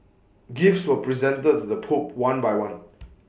gifts were presented to the pope one by one